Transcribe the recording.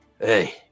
Hey